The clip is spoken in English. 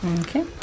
Okay